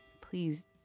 please